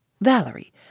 Valerie